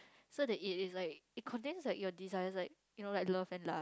so the it is like it contains like your desires like you know like love and lust